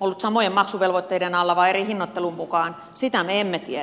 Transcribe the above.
ollut samojen maksuvelvoitteiden alla vai eri hinnoittelun mukaan sitä me emme tiedä